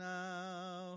now